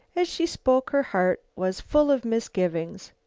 as she spoke her heart was full of misgivings.